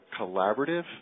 Collaborative